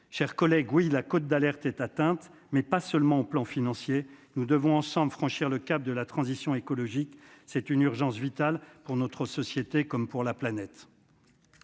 chers collègues, oui, la cote d'alerte est atteinte, mais pas seulement au plan financier, nous devons ensemble franchir le cap de la transition écologique, c'est une urgence vitale pour notre société, comme pour la planète.